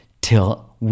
till